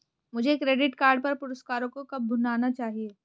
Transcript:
मुझे credit card पर पुरस्कारों को कब भुनाना चाहिए?